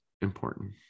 important